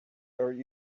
very